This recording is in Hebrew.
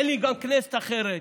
אין לי גם כנסת אחרת.